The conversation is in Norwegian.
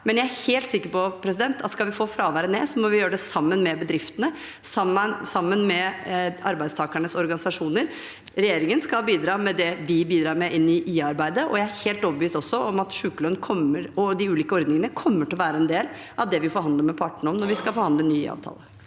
men jeg er helt sikker på at skal vi få fraværet ned, må vi gjøre det sammen med bedriftene og sammen med arbeidstakernes organisasjoner. Regjeringen skal bidra med det vi bidrar med inn i IA-arbeidet, og jeg er også helt overbevist om at sykelønn og de ulike ordningene kommer til å være en del av det vi forhandler med partene om når vi skal ha en ny IA-avtale.